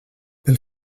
pel